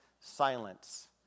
silence